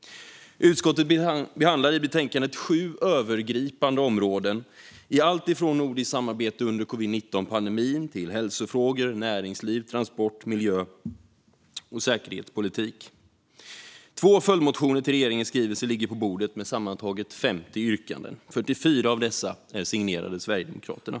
Utskottet behandlar i betänkandet sju övergripande områden. Det handlar om alltifrån nordiskt samarbete under covid-19-pandemin till hälsofrågor, näringsliv, transport, miljö och säkerhetspolitik. Två följdmotioner med anledning av regeringens skrivelse ligger på bordet, med sammanlagt 50 yrkanden. Av dessa är 44 signerade Sverigedemokraterna.